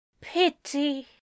Pity